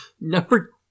Number